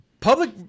public